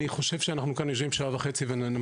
אני חושב שאנחנו כאן יושבים כאן שעה וחצי ונמשיך